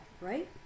right